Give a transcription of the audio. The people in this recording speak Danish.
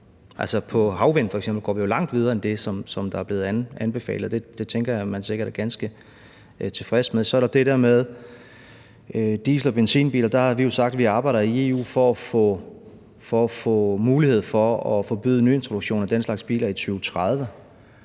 havvind, går vi jo langt videre end det, som er blevet anbefalet, og det tænker jeg at man sikkert er ganske tilfreds med. Så er der det der med diesel- eller benzinbiler. Der har vi jo sagt, at vi arbejder i EU for at få mulighed for at forbyde nyintroduktion af den slags biler i 2030.